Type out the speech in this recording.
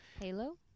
Halo